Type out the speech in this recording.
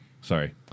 Sorry